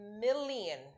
million